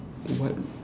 what